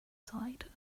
side